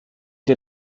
die